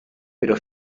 pero